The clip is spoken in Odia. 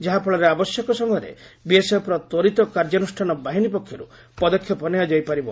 ଯାହାଫଳରେ ଆବଶ୍ୟକ ସମୟରେ ବିଏସ୍ଏଫ୍ ର ତ୍ୱରିତ କାର୍ଯ୍ୟାନୁଷ୍ଠାନ ବାହିନୀ ପକ୍ଷରୁ ପଦକ୍ଷେପ ନିଆଯାଇ ପାରିବ